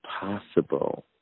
possible